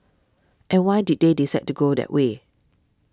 and why did they decide to go that way